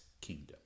kingdom